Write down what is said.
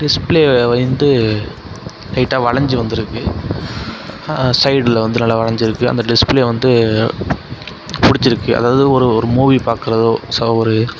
display வந்துட்டு லைட்டாக வளைஞ்சி வந்திருக்கு சைடில் வந்து நல்லா வளைஞ்சிருக்கு அந்த டிஸ்பிளே வந்து பிடிச்சிருக்கு அதாவது ஒரு ஒரு மூவி பார்க்குற